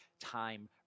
time